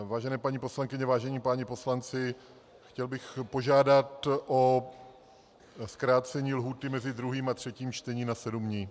Vážené paní poslankyně, vážení páni poslanci, chtěl bych požádat o zkrácení lhůty mezi druhým a třetím čtením na sedm dní.